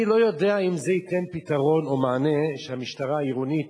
אני לא יודע אם זה ייתן פתרון או מענה שהמשטרה העירונית,